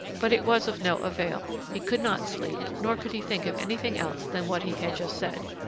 but it was of no avail, he could not sleep, nor could he think of anything else than what he had just said.